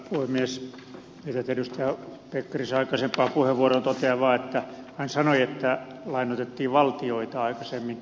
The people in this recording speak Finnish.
viitaten edustaja pekkarisen aikaisempaan puheenvuoroon totean vaan että hän sanoi että lainoitettiin valtioita aikaisemmin